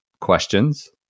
questions